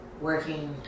working